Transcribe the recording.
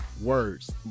words